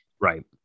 Right